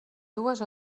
dues